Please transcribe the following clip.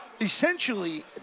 essentially